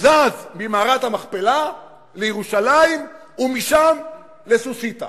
זז ממערת המכפלה לירושלים, ומשם לסוסיתא,